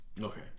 Okay